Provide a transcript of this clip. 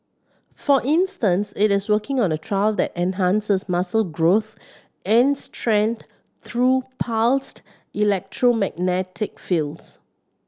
for instance it is working on a trial that enhances muscle growth and strength through pulsed electromagnetic fields